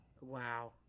Wow